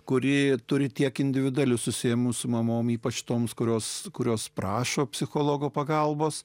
kuri turi tiek individualiu susiėmus su mamom ypač toms kurios kurios prašo psichologo pagalbos